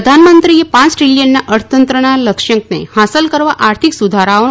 પ્રધાનમંત્રીએ પાંચ ટ્રીલીયનના અર્થતંત્રના લક્યાં કને હાંસલ કરવા આર્થિક સુધારાઓનો